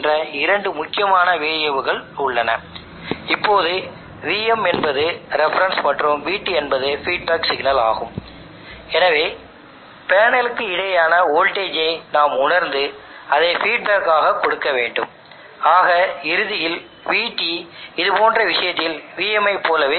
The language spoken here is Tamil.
எனவே இந்த இரண்டு வேரியபிள்களைப் பயன்படுத்தி PV பேனலின் வழியாக பாயும் கரண்டை ஃபீட்பேக்காக நான் கொடுக்க வேண்டியது என்று நீங்கள் கூறலாம்